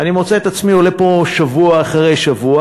אני מוצא את עצמי עולה פה שבוע אחרי שבוע,